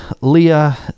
Leah